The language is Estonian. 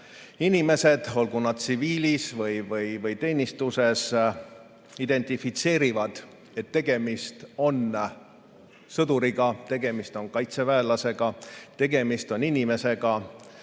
inimesed, olgu nad tsiviilis või teenistuses, identifitseerivad, et tegemist on sõduriga, tegemist on kaitseväelasega, tegemist on inimesega,